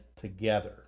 together